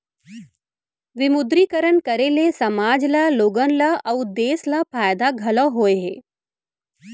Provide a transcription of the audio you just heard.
विमुद्रीकरन करे ले समाज ल लोगन ल अउ देस ल फायदा घलौ होय हे